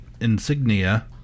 insignia